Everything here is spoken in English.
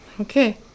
Okay